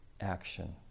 action